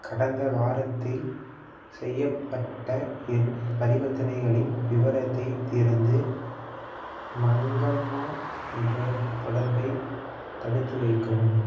கடந்த வாரத்தில் செய்யப்பட்ட என் பரிவர்த்தனைகளின் விவரத்தைத் திறந்து மங்கம்மா என்ற தொடர்பை தடுத்துவைக்கவும்